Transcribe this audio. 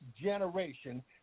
generation